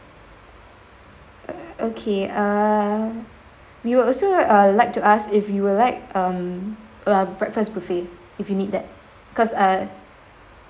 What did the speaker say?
uh okay err we would also uh like to ask if you were like um a breakfast buffet if you need that because uh